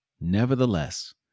nevertheless